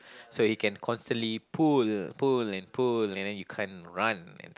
so you can consistently pull pull and pull and you can't run